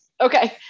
Okay